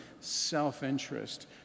self-interest